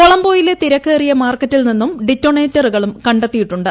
കൊളംബൊയിലെ തിരക്കേറിയ മാർക്കറ്റിൽ നിന്നും ഡിറ്റൊണേറ്ററുകളും കണ്ടെത്തിയിട്ടുണ്ട്